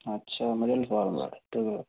अच्छा middle forward तो